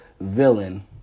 villain